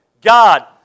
God